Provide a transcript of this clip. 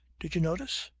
did you notice?